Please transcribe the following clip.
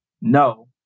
no